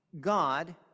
God